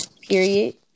period